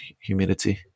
humidity